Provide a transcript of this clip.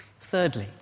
Thirdly